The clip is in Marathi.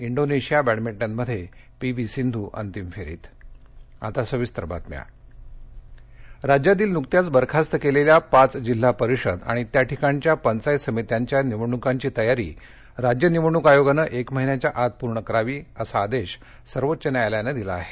इंडोनेशिया बॅडमिंटनमध्ये पीवी सिंधू अंतिम फेरीत जिपसन्या राज्यातील नुकत्याच बरखास्त केलेल्या पाच जिल्हा परिषद आणि त्या ठिकाणच्या पंचायत समित्यांच्या निवडणुकांची तयारी राज्य निवडणूक आयोगाने एक महिन्याच्या आत पूर्ण करावी असा आदेश सर्वोच्च न्यायालयाने दिला आहे